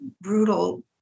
brutal